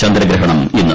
ചന്ദ്രഗ്രഹണം ഇന്ന്ട്